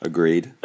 Agreed